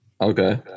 Okay